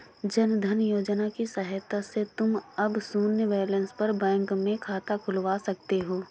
जन धन योजना की सहायता से तुम अब शून्य बैलेंस पर बैंक में खाता खुलवा सकते हो